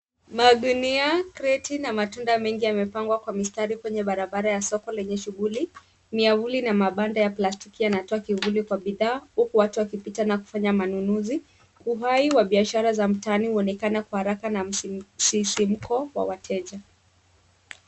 Magunia, kreti na matunda mengi yamepangwa kwa mistari kwenye barabara ya soko lenye shughuli. Miavuli na mabanda ya plastiki yanatoa kivuli kwa bidhaa huku watu wakipita na kufanya manunuzi. Uhai wa biashara za mtaani onekana kwa haraka na msisimko kwa wateja.